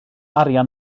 arian